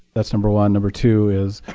that's number one. number two is,